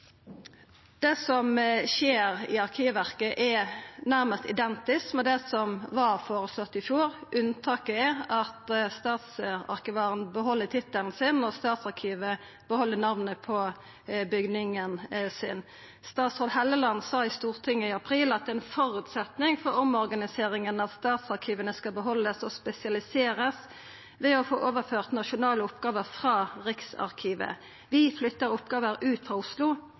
Det som skjer i Arkivverket, er nærmast identisk med det som var føreslått i fjor. Unntaket er at statsarkivaren beheld tittelen sin, og at Statsarkivet beheld namnet på bygningen sin. Statsråd Hofstad Helleland sa i Stortinget i april om omorganiseringa: «Forutsetningen er at statsarkivene skal beholdes og spesialiseres ved å få overført nasjonale oppgaver fra Riksarkivet.» «Vi flytter oppgaver fra Oslo,